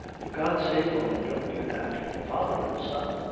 for god's sake, woman, don't do that! father and son!